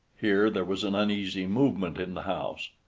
here there was an uneasy movement in the house.